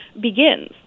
begins